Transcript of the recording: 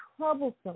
troublesome